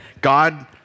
God